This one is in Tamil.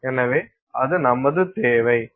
எனவே அது நமது தேவை